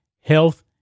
health